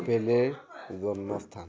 পেলেৰ জন্মস্থান